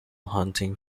hunting